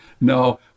No